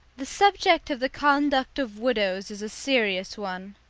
the subject of the conduct of widows is a serious one.